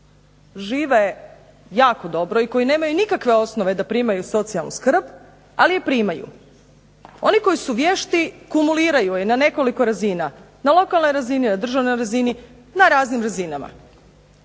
žive jako dobro i koji nemaju nikakve osnove da primaju socijalnu skrb, ali je primaju. Oni koji su vješti kumuliraju je na nekoliko razina, na lokalnoj razini, na državnoj razini, na raznim razinama.